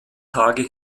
tage